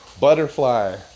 butterfly